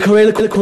אני קורא לכולנו,